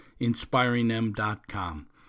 inspiringthem.com